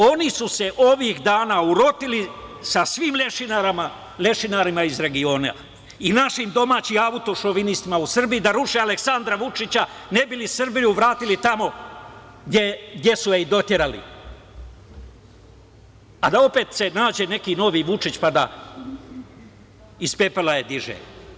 Oni su se ovih dana urotili sa svim lešinarima iz regiona i našim domaćim autošovinistima u Srbiji da ruše Aleksandra Vučića, ne bi li Srbiju vratili tamo gde su je i doterali, a da se opet nađe neki novi Vučić, pa da iz pepela je diže.